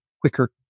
quicker